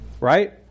right